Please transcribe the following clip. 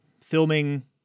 filming